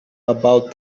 about